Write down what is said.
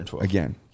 again